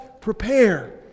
prepare